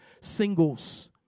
singles